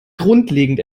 grundlegend